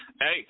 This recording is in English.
Hey